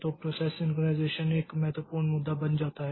तो process synchronization एक महत्वपूर्ण मुद्दा बन जाता है